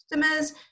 customers